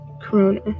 Corona